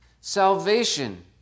salvation